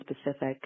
specific